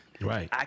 Right